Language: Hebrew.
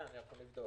כן, אני יכול לבדוק.